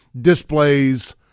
displays